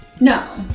No